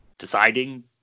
deciding